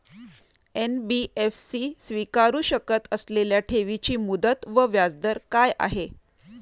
NBFC स्वीकारु शकत असलेल्या ठेवीची मुदत व व्याजदर काय आहे?